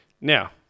Now